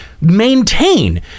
maintain